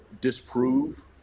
disprove